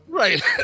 Right